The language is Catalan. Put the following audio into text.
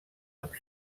amb